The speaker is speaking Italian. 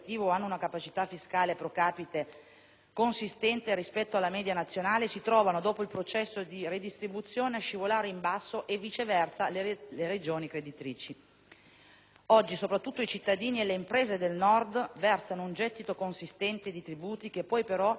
consistente rispetto alla media nazionale, si trovano, dopo il processo di redistribuzione, a scivolare in basso, e viceversa le Regioni "creditrici". Oggi soprattutto i cittadini e le imprese del Nord versano un gettito consistente di tributi che poi però vengono per lo più trasferiti ad altri.